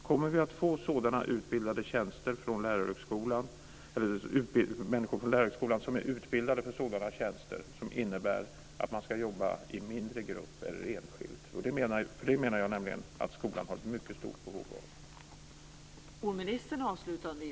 Kommer vi att få människor från Lärarhögskolan som är utbildade för sådana tjänster som innebär att man ska jobba i mindre grupp eller enskilt? Det menar jag nämligen att skolan har ett mycket stort behov av.